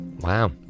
Wow